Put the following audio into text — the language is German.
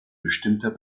bestimmter